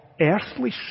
earthly